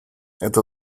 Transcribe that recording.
это